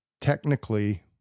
technically